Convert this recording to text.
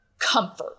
comfort